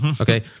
Okay